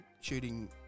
shooting